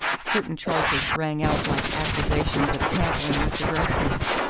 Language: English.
certain charges rang out like accusations of tampering with the groceries.